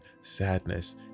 sadness